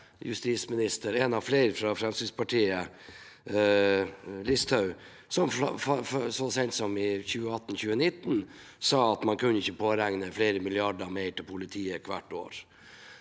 en av flere fra Fremskrittspartiet – som så sent som i 2018– 2019 sa at man ikke kunne påregne flere milliarder mer til politiet hvert år.